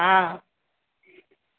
हँ